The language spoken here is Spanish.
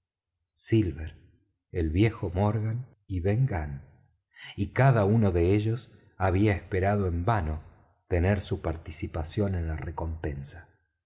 silver el viejo morgan y ben gunn y cada uno de ellos había esperado en vano tener su participación en la recompensa